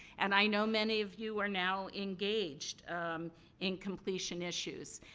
and, i know many of you are now engaged in completion issues.